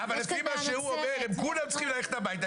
אבל לפי מה שהוא אומר הם כולם צריכים ללכת הביתה,